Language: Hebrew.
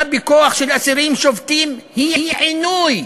בכוח של אסירים שובתים היא עינוי.